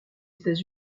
états